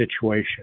situation